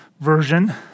version